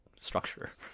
structure